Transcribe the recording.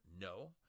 No